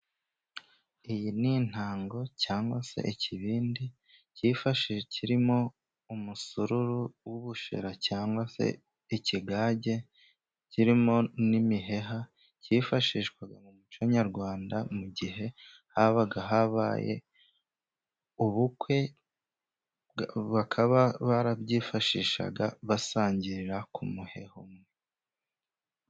Iyi ni intango cyangwa se ikibindi cyifashishwa kirimo umusururu w'ubushera cyangwag se ikigage, kirimo n'imiheha. Cyifashishwaga mu muco nyarwanda mu gihe habaga habaye ubukwe, bakaba barabyifashishaga basangirira ku muheha umwe.